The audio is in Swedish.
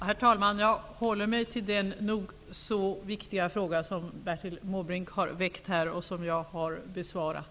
Herr talman! Jag håller mig till den nog så viktiga fråga som Bertil Måbrink har väckt och som jag har besvarat.